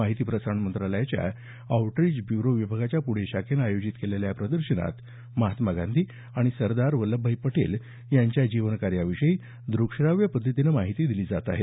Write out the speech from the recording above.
माहिती प्रसारण मंत्रालयाच्या आऊटरिच ब्यूरो विभागाच्या पूणे शाखेनं आयोजित केलेल्या या प्रदर्शनात महात्मा गांधी आणि सरदार वल्लभभाई पटेल यांच्या जीवनावर आधारित विषयांवर द्रक श्राव्य पद्धतीनं माहिती दिली जात आहे